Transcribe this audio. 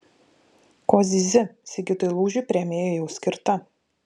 ko zyzi sigitui lūžiui premija jau skirta